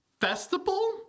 festival